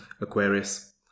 Aquarius